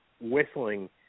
whistling